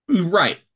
Right